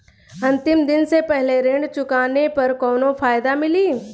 अंतिम दिन से पहले ऋण चुकाने पर कौनो फायदा मिली?